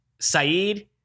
Saeed